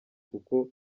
kuko